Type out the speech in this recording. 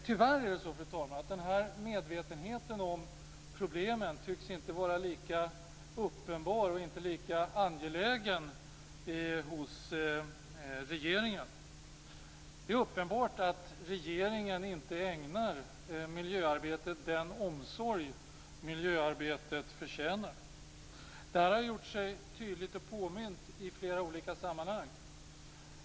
Tyvärr är det så, fru talman, att medvetenheten om problemen inte tycks vara lika uppenbar och inte lika angelägen hos regeringen. Det är uppenbart att regeringen inte ägnar miljöarbetet den omsorg miljöarbetet förtjänar. Det här har gjort sig tydligt påmint i flera olika sammanhang.